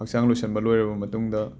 ꯍꯛꯆꯥꯡ ꯂꯣꯏꯁꯟꯕ ꯂꯣꯏꯔꯕ ꯃꯇꯨꯡꯗ